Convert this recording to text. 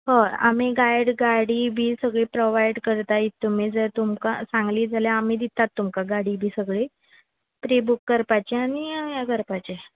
हय आमी गायड गाडी बी सगळी प्रोवायड करता ईफ तुमी जर तुमकां सांगली जाल्या आमी दितात तुमकां गाडी बी सगळी प्री बूक करपाची आनी हें करपाचें